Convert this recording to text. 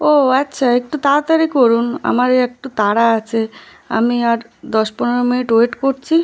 ও আচ্ছা একটু তাড়াতাড়ি করুন আমার একটু তাড়া আছে আমি আর দশ পনেরো মিনিট ওয়েট করছি